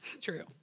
True